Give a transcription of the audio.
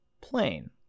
plane